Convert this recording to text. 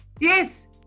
yes